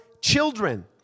children